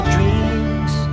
Dreams